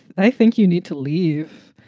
i think you need to leave.